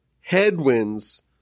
headwinds